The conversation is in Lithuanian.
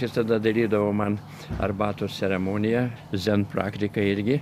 jis tada darydavo man arbatos ceremoniją zen praktiką irgi